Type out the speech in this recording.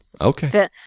Okay